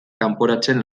kanporatzen